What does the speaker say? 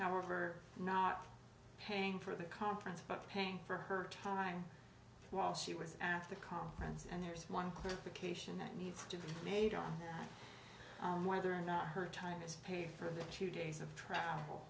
over not paying for the conference but paying for her time while she was at the conference and there's one clarification that needs to be made on whether or not her time is paid for two days of travel